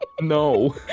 No